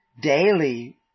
daily